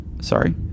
Sorry